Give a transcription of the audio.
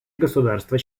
государства